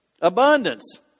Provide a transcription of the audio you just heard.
Abundance